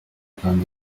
kandi